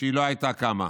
שהיא לא הייתה קמה.